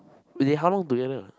wait they how long together